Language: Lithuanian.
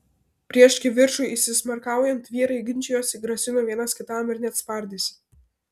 prieš kivirčui įsismarkaujant vyrai ginčijosi grasino vienas kitam ir net spardėsi